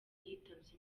yitabye